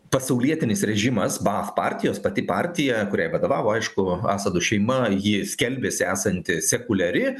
pasaulietinis režimas bach partijos pati partija kuriai vadovavo aišku asadų šeima ji skelbiasi esanti sekuliari